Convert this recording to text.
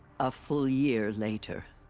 a full year later.